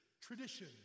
tradition